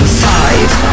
five